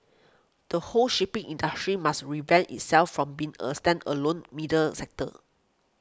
the whole shipping industry must revamp itself from being a stand alone middle sector